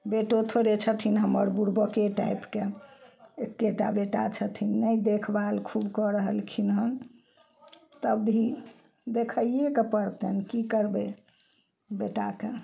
बेटो थोड़े छथिन हमर बुरबके टाइपके एकेटा बेटा छथिन नहि खुब देखभाल कऽ रहलखिन हन तब भी देखैइयेके पड़तनि की करबय बेटाके